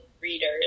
readers